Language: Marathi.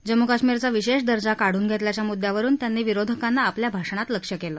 जम्मू काश्मिरचा विशेष दर्जा काढून घेतल्याच्या मुद्दयावरुन त्यांनी विरोधकांना आपल्या भाषणात लक्ष्य केलं